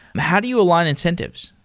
how do you align incentives?